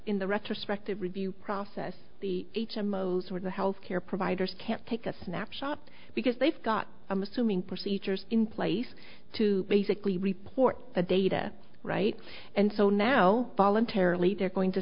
in the retrospective review process the h m o s or the health care providers can't take a snapshot because they've got i'm assuming procedures in place to basically report the data right and so now voluntarily they're going to